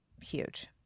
Huge